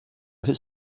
his